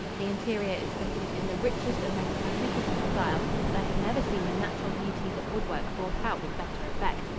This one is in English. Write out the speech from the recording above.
the interior is fitted in the richest and most magnificent style, and i have never seen the natural beauties of woodwork brought out with better effect.